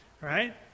right